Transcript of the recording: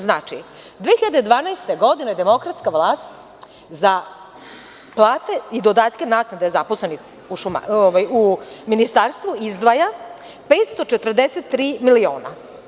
Znači, 2012. godine demokratska vlast za plate i dodatke naknada zaposlenih u ministarstvu izdvaja 543 miliona.